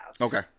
Okay